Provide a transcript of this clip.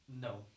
No